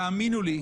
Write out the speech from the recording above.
תאמינו לי,